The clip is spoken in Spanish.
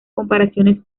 comparaciones